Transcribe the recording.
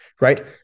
right